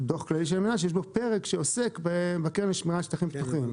דוח כללי של רמ"י שיש בו פרק שעוסק בקרן לשמירה על שטחים פתוחים.